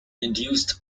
induced